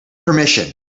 permission